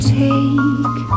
take